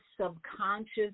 subconscious